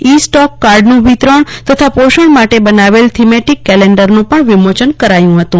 ઇસ્ટોક કાર્ડનું વિતરણ તથા પોષણ માટે બનાવેલ થીમેટીક કેલેન્ડરનું પણ વિમોચન કરાયું હતું